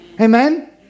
Amen